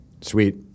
Sweet